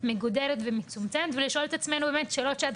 מגודרת ומצומצמת ולשאול את עצמנו שאלות שעד